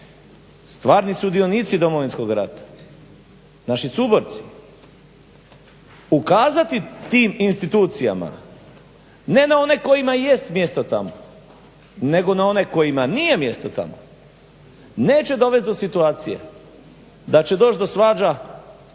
stvarni sudionici Domovinskog rata, naši suborci ukazati tim institucijama ne na one kojima i jest mjesto tamo, nego na one kojima nije mjesto tamo. Neće dovest do situacije da će doćI do svađa